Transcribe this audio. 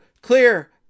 Clear